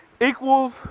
equals